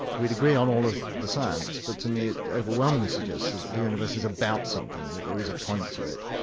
we'd agree on all of the science, but to me it overwhelmingly suggests that the universe is about something, that there is a point to it,